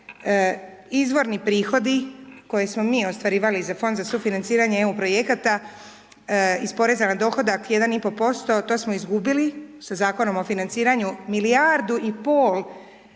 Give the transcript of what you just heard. izvorni prihodi koje smo mi ostvarivali za Fond za sufinanciranje EU projekta iz poreza na dohodak 1,5%, to smo izgubili, što je Zakonom o financiranju milijardu i pol kuna